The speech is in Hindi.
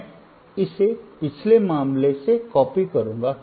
मैं इसे पिछले मामले से कॉपी करूंगा